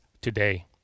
today